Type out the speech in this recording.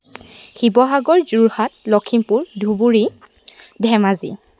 Sivasagar Jorhat Lakhimpur Dhubri Dhemaji